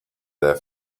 their